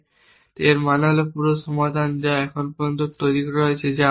এর মানে হল পুরো সমাধান যা এখন পর্যন্ত তৈরি করা হয়েছে যা আমরা করব